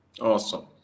Awesome